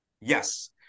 Yes